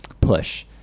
push